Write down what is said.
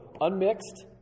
unmixed